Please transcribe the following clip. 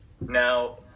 Now